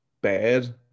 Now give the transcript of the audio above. bad